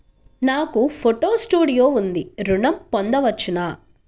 నాకు photo studio ఉంది ఋణం పొంద వచ్చునా?